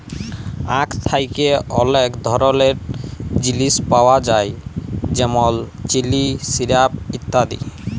আখ থ্যাকে অলেক ধরলের জিলিস পাওয়া যায় যেমল চিলি, সিরাপ ইত্যাদি